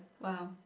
Wow